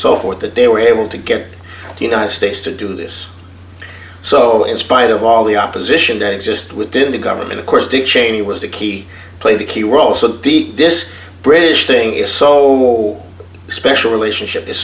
so forth that they were able to get the united states to do this so in spite of all the opposition to exist within the government of course dick cheney was the key played a key role so deep this british thing is so special relationship is